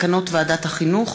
מסקנות ועדת החינוך,